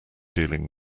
dealing